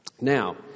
Now